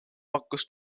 pakkus